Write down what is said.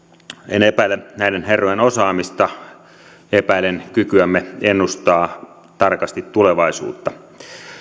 en epäile näiden herrojen osaamista epäilen kykyämme ennustaa tarkasti tulevaisuutta